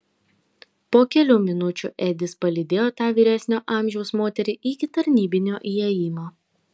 po kelių minučių edis palydėjo tą vyresnio amžiaus moterį iki tarnybinio įėjimo